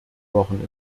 wochen